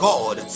God